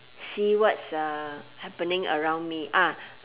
see what's uh happening around me ah